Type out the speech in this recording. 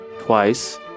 twice